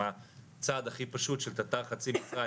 עם הצעד הכי פשוט של תט"ר חצי משרה,